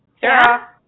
Sarah